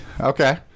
Okay